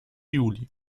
juli